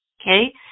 Okay